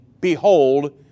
behold